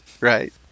right